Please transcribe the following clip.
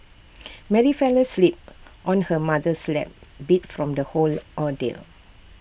Mary fell asleep on her mother's lap beat from the whole ordeal